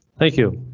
thank you.